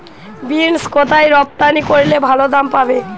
Beans কোথায় রপ্তানি করলে ভালো দাম পাব?